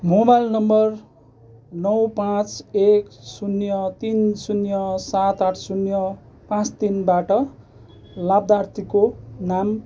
mobile number नौ पाँच एक शून्य तिन शून्य सात आठ शून्य पाँच तिनबाट लाभार्थीको नाम